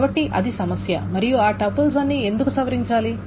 కాబట్టి అది సమస్య మరియు ఆ టపుల్స్ అన్నీ ఎందుకు సవరించాలి